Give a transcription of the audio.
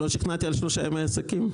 אבל באמת, תכתבו שלושה ימי עסקים.